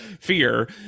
fear